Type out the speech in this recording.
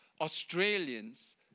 Australians